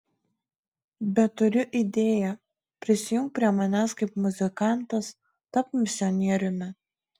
bet turiu idėją prisijunk prie manęs kaip muzikantas tapk misionieriumi